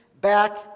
back